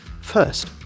First